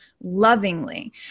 lovingly